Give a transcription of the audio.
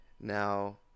Now